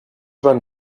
van